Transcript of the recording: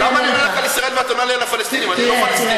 אני אענה לך.